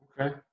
Okay